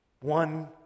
One